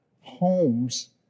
homes